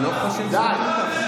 די.